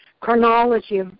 chronology